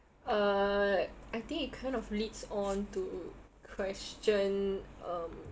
uh I think it kind of leads on to question um